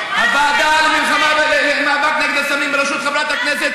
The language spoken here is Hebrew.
הוועדה למאבק נגד הסמים בראשות חברת הכנסת